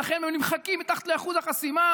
ולכן הם נמחקים מתחת לאחוז החסימה,